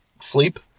sleep